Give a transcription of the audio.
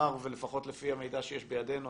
מאחר שלפחות לפי המידע שיש בידינו,